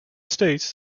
states